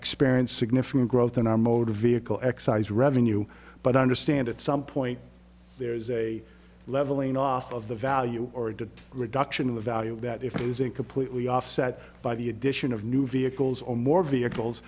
experience significant growth in our motor vehicle excise revenue but understand at some point there is a leveling off of the value or a good reduction in the value of that if it isn't completely offset by the addition of new vehicles or more vehicles